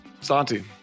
Santi